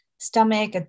stomach